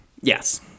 Yes